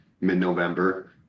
mid-November